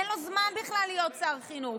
אין לו זמן בכלל להיות שר חינוך.